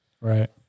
Right